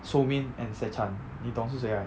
so min and se chan 你懂是谁 right